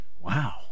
wow